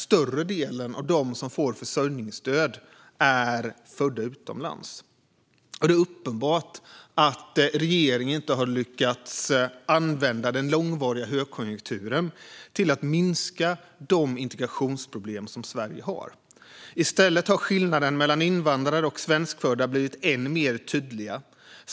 Större delen av dem som får försörjningsstöd är födda utomlands. Det är uppenbart att regeringen inte har lyckats använda den långvariga högkonjunkturen till att minska de integrationsproblem som Sverige har. I stället har skillnaderna mellan invandrare och svenskfödda blivit än mer tydliga.